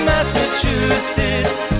Massachusetts